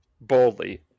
boldly